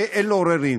שאין עליו עוררין.